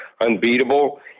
unbeatable